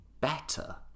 better